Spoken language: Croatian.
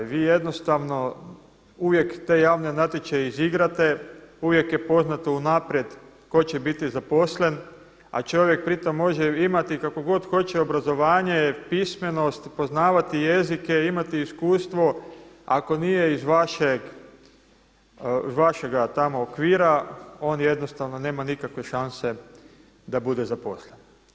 Vi jednostavno uvijek te javne natječaje izigrate, uvijek je poznato unaprijed tko će biti zaposlen, a čovjek pri tom može imati kakvo god hoće obrazovanje jer pismenost, poznavati jezike i imati iskustvo ako nije iz vašega tamo okvira on jednostavno nema nikakve šanse da bude zaposlen.